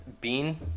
Bean